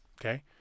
okay